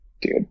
dude